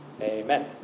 Amen